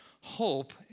Hope